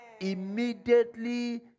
Immediately